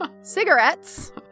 cigarettes